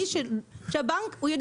אם יש סניף שהוא יכול להגיע אליו, כן?